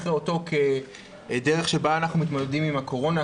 אותו כדרך שבה אנחנו מתמודדים עם הקורונה.